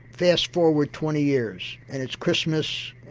fast forward twenty years and it's christmas,